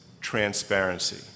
transparency